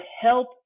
help